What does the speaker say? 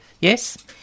Yes